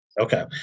Okay